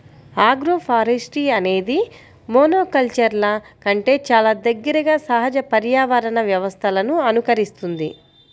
agroforestry అనేది మోనోకల్చర్ల కంటే చాలా దగ్గరగా సహజ పర్యావరణ వ్యవస్థలను అనుకరిస్తుంది